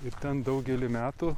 ir ten daugelį metų